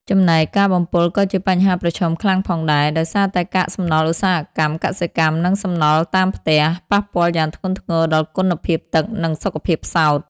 ចំណែក ការបំពុលក៏ជាបញ្ហាប្រឈមខ្លាំងផងដែរ ដោយសារតែកាកសំណល់ឧស្សាហកម្ម កសិកម្ម និងសំណល់តាមផ្ទះ ប៉ះពាល់យ៉ាងធ្ងន់ធ្ងរដល់គុណភាពទឹក និងសុខភាពផ្សោត។